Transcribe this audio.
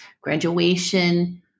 graduation